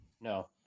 no